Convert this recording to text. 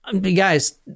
Guys